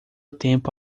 tempo